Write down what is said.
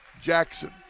Jackson